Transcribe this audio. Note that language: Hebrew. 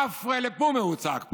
עפרא לפומיה", הוא צעק פה.